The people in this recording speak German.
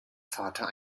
vater